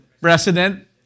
president